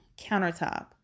countertop